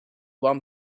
one